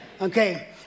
Okay